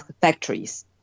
factories